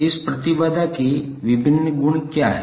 इस प्रतिबाधा के विभिन्न गुण क्या हैं